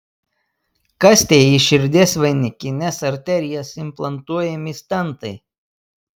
kas tie į širdies vainikines arterijas implantuojami stentai